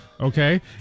okay